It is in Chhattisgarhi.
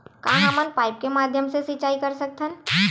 का हमन पाइप के माध्यम से सिंचाई कर सकथन?